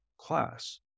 class